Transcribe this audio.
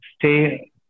Stay